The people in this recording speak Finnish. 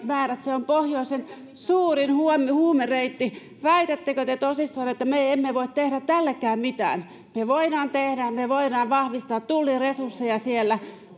määrät se on pohjoisen suurin huumereitti väitättekö te tosissanne että me emme voi tehdä tällekään mitään me voimme tehdä me voimme vahvistaa tullin resursseja siellä